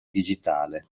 digitale